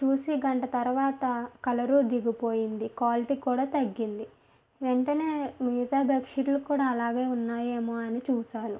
చూసి గంట తరువాత కలరు దిగిపోయింది క్వాలిటీ కూడా తగ్గింది వెంటనే మిగతా బెడ్ షీట్లు కూడా అలాగే ఉన్నాయేమో అని చూసాను